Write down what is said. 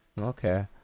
Okay